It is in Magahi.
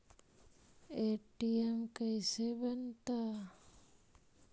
ए.टी.एम कैसे बनता?